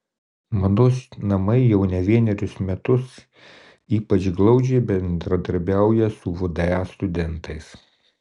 mados namai jau ne vienerius metus ypač glaudžiai bendradarbiauja su vda studentais